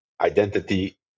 identity